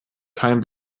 keinen